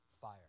fire